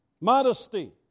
modesty